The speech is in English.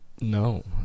no